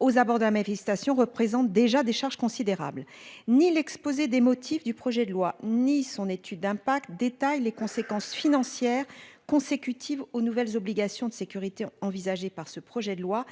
aux abords de la mairie station représente déjà des charges considérables. Ni l'exposé des motifs du projet de loi ni son étude d'impact, détaille les conséquences financières consécutives aux nouvelles obligations de sécurité envisagées par ce projet de loi.